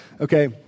Okay